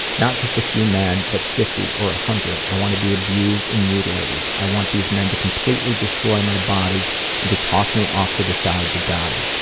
not just a few men but fifty or one ah hundred. i want to be abused and mutilated. i want these men to completely destroy my body and to toss me off to the side to die.